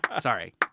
Sorry